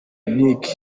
nick